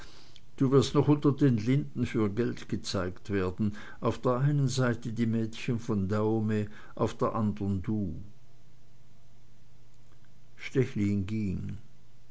du wirst noch unter den linden für geld gezeigt werden auf der einen seite die mädchen von dahomey auf der andern du stechlin ging